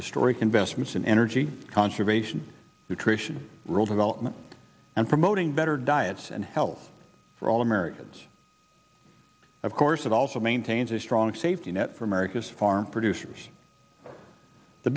historic investments in energy conservation nutrition rural development and promoting better diets and health for all americans of course it also maintains a strong safety net for america's farm producers the